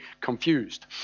confused